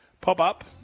Pop-Up